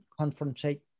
confrontate